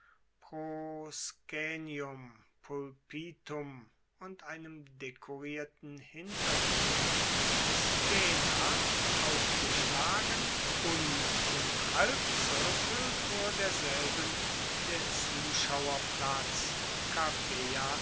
und einem dekorierten hintergrund scaena aufgeschlagen und im halbzirkel vor derselben der zuschauerplatz